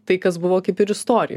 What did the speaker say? tai kas buvo kaip ir istorijoj